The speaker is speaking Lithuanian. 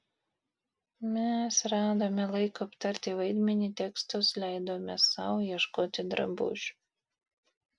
mes radome laiko aptarti vaidmenį tekstus leidome sau ieškoti drabužių